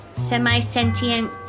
semi-sentient